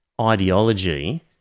ideology